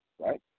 right